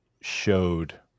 showed